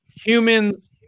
humans